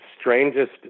strangest